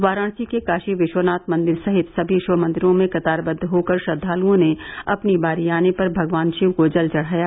वाराणसी के काशी विश्वनाथ मंदिर सहित सभी शिव मंदिरों में कतारबद्द होकर श्रद्वालुओं ने अपनी बारी आने पर भगवान शिव को जल चढ़ाया